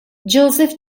joseph